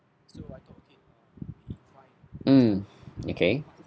um okay